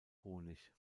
honig